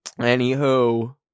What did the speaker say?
anywho